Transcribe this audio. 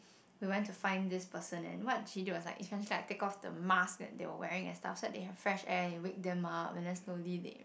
we went to find this person and what she did was like it's j~ like take off the mask that they were wearing and stuff so they have fresh air and wake them up and then slowly they